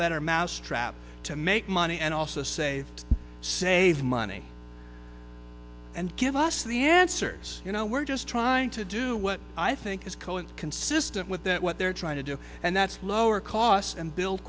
better mousetrap to make money and also saved save money and give us the answers you know we're just trying to do what i think is cohen's consistent with that what they're trying to do and that's lower cost and build